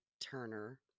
Turner